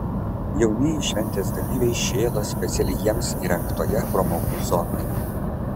jaunieji šventės dalyviai šėlo specialiai jiems įrengtoje pramogų zonoje